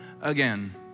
again